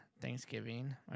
Thanksgiving